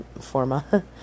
forma